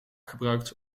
gebruikt